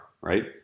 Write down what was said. right